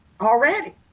already